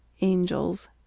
Angels